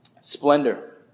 Splendor